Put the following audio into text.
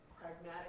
pragmatic